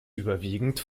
überwiegend